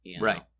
right